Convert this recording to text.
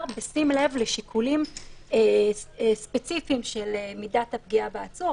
בשים לב לשיקולים ספציפיים של מידת הפגיעה בעצור,